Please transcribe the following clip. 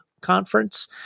conference